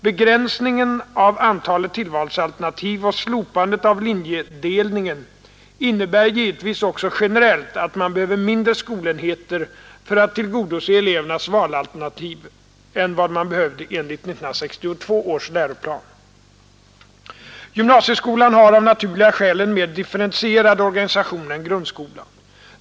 Begränsningen av antalet tillvalsalternativ och slopandet av linjedelningen innebär givetvis också generellt att man behöver mindre skolenheter för att tillgodose elevernas valalternativ än vad man behövde enligt 1962 års läroplan. Gymnasieskolan har av naturliga skäl en mer differentierad organisa tion än grundskolan.